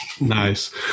Nice